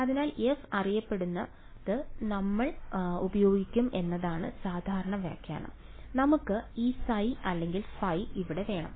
അതിനാൽ f അറിയപ്പെടുന്നത് നമ്മൾ ഉപയോഗിക്കും എന്നതാണ് സാധാരണ വ്യാഖ്യാനം നമുക്ക് ഈ ψ അല്ലെങ്കിൽ ϕ ഇവിടെ വേണം